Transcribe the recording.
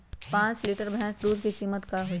पाँच लीटर भेस दूध के कीमत का होई?